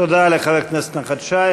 תודה לחבר הכנסת נחמן שי.